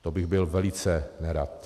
To bych byl velice nerad.